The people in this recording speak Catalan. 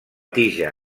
tija